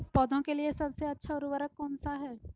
पौधों के लिए सबसे अच्छा उर्वरक कौन सा है?